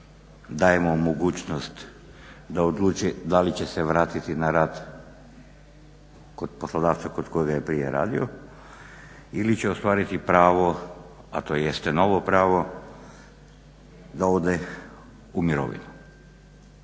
dajemo mu mogućnost da odluči da li će se vratiti na rad kod poslodavca kod kojega je prije radio ili će ostvariti pravo, a to jeste novo pravo ode u mirovinu.